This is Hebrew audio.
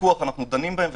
כפיקוח אנו דנים בהם,